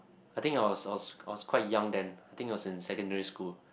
I think I was I was I was quite young then I think was in secondary school